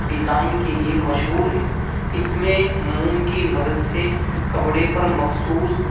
design کے لیے مشہور ہے اس میں موم کی مدد سے کپڑے پر مخصوص